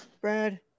Brad